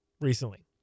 recently